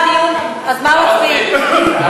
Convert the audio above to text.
אז מה מצביעים?